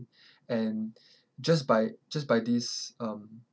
and just by just by this um